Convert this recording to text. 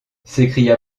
s’écria